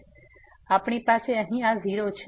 તેથી આપણી પાસે અહીં આ 0 છે